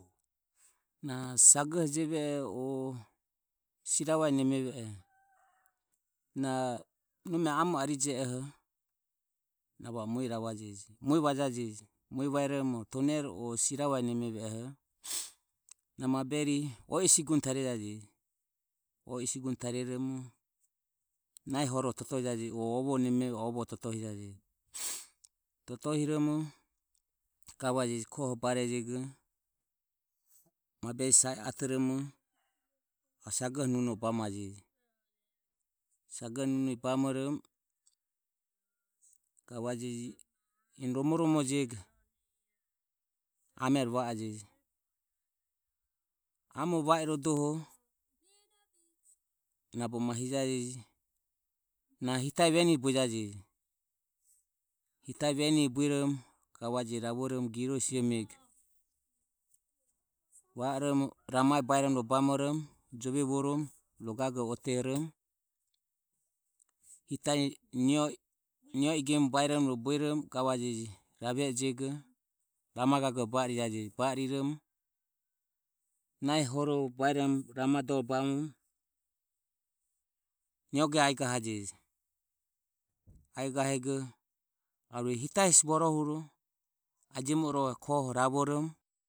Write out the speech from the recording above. Na sagohe jeveoh o sirava nemeveoho na nome ame arijeoho na va o mue ravajeje. Na mue vajaje mue vairomo tone o sirava nemeveoho na ma bureri o i sigune tariro romo hore totohijaje je o ovoho totohijajeje totohiromo gavajeje koho barejego na maburero sae atoromo sagohe nunire bamajeje. Sagoho nunire bamoromo gavajeje eni romo romojego amoho vaejeje. Na amo vaie rodoho na bogo ma hijajeje na hitae venire buejajeje hita veni bueromo gavajeje ravoromo girosijemego vaoromo ramae bairomo ro bamoromo jove vuoromo ro gagore otehoromo hitae nioi gemu bairomo ro bueromo gavaje rave e jego rama gagore ba arijajeje ba ariromo nahi horoho bairomo ram adore bamoromo nioge aegahajeje, aegahego arue hitae hesi vorohuro agi ro koho ravoromo.